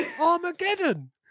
armageddon